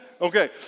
Okay